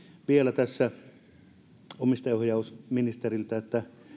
vielä omistajaohjausministeriltä